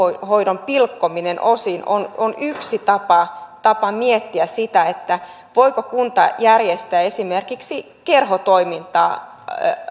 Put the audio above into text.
pilkkominen osiin on on yksi tapa tapa miettiä sitä voiko kunta järjestää esimerkiksi kerhotoimintaa